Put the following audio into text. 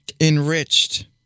enriched